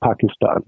Pakistan